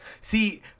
See